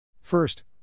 First